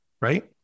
right